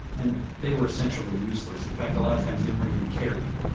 and they were essentially useless. in fact, a lot of times, they weren't even carried.